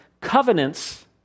covenants